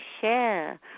share